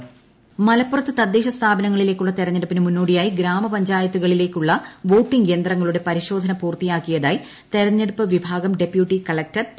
തദ്ദേശം മലപ്പുറം മലപ്പുറത്ത് തദ്ദേശ സ്ഥാപനങ്ങളിലേക്കുള്ള തെരെഞ്ഞെടുപ്പിന് മുന്നോടിയായി ഗ്രാമപഞ്ചായത്തുകളിലേക്കുള്ള വോട്ടിങ് യന്ത്രങ്ങളുടെ പരിശോധന പൂർത്തിയാക്കിയതായി തെരഞ്ഞെടുപ്പ് വിഭാഗം ഡെപ്യൂട്ടി കളക്ടർ ടി